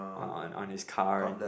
on on on his car and make